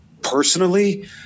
Personally